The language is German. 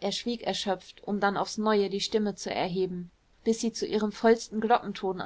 er schwieg erschöpft um dann aufs neue die stimme zu erheben bis sie zu ihrem vollsten glockenton